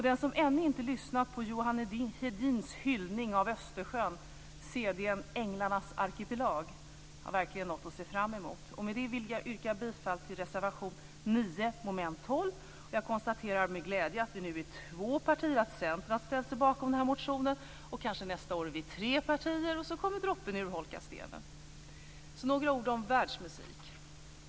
Den som ännu inte har lyssnat på Johan Hedins hyllning till Östersjön, cd-n Änglarnas arkipelag, har verkligen något att se fram emot. Med det vill jag yrka bifall till reservation 9, under mom. 12. Jag konstaterar med glädje att vi nu är två partier. Centern har ställt sig bakom den här motionen. Nästa år är vi kanske tre partier, och så kommer droppen att urholka stenen. Nu ska jag säga några ord om världsmusik.